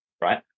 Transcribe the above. right